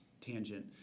tangent